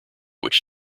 which